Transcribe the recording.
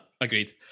agreed